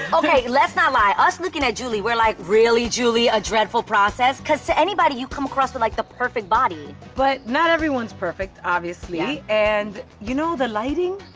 okay let's not lie, us lookin at juli, we're like, really juli, a dreadful process? cause to anybody you come across with like the perfect body. but not everyone's perfect, obviously and you know, the lighting,